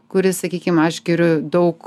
kuris sakykim aš geriu daug